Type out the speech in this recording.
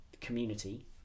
community